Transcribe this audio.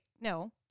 no